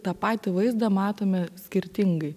tą patį vaizdą matome skirtingai